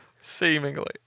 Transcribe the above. Seemingly